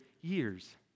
years